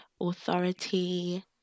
authority